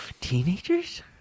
Teenagers